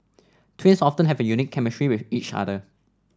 twins often have a unique chemistry with each other